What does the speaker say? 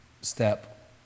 step